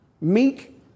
Meek